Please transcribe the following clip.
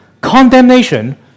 condemnation